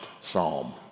psalm